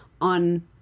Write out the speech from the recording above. on